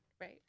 Right